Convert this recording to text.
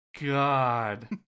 god